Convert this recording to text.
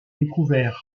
découverts